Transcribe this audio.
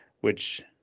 which-